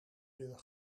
deur